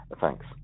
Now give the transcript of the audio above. Thanks